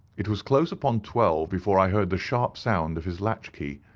it was close upon twelve before i heard the sharp sound of his latch-key.